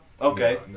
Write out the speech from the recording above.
Okay